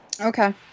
okay